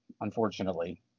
unfortunately